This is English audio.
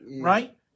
right